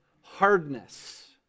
hardness